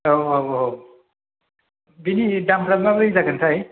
औ औ औ बिनि दामफ्रा माबोरै जागोनथाय